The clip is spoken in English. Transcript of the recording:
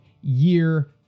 year